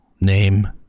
Name